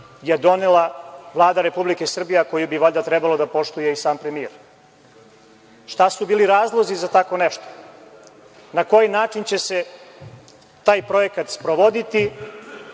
je donela Vlada Republike Srbije koji bi valjda trebalo da poštuje i sam premijer? Šta su bili razlozi za tako nešto? Na koji način će se taj projekat sprovoditi,